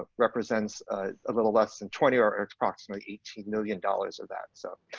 ah represents a little less than twenty or approximately eighteen million dollars of that, so.